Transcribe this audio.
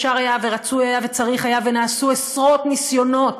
אפשר היה ורצוי היה וצריך היה ונעשו עשרות ניסיונות,